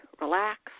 relax